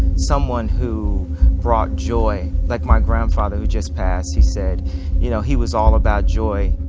someone who brought joy like my grandfather who just passed he said you know he was all about joy.